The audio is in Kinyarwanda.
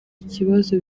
kibazo